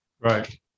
right